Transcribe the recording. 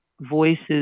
voices